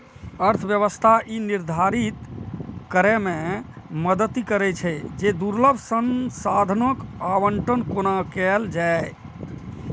अर्थव्यवस्था ई निर्धारित करै मे मदति करै छै, जे दुर्लभ संसाधनक आवंटन कोना कैल जाए